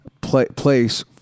place